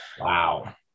Wow